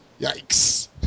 Yikes